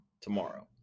tomorrow